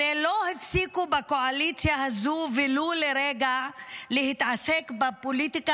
הרי לא הפסיקו בקואליציה הזו ולו לרגע להתעסק בפוליטיקה